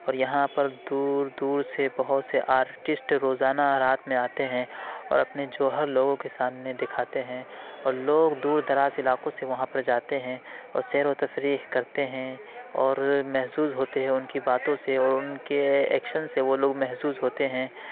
اور یہاں پر دور دور سے بہت سے آرٹسٹ روزانہ رات میں آتے ہیں اور اپنے جوہر لوگوں کے سامنے دکھاتے ہیں اور لوگ دور دراز علاقوں سے وہاں پر جاتے ہیں اور سیر و تفریح کرتے ہیں اور محظوظ ہوتے ہیں ان کی باتوں سے اور ان کے ایکشن سے وہ لوگ محظوظ ہوتے ہیں